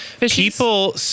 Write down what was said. people